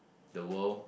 the world